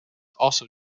also